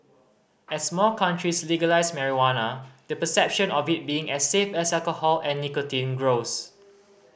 as more countries legalise marijuana the perception of it being as safe as alcohol and nicotine grows